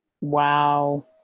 wow